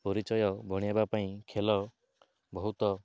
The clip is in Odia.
ପରିଚୟ ବନେଇବା ପାଇଁ ଖେଳ ବହୁତ